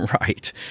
Right